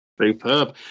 superb